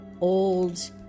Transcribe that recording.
old